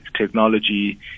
technology